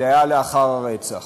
זה היה לאחר הרצח.